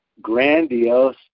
grandiose